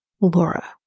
Laura